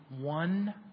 one